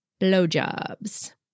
blowjobs